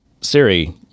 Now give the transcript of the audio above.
Siri